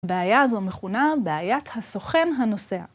בעיה זו מכונה בעיית הסוכן הנוסע.